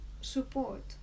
support